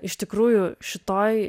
iš tikrųjų šitoj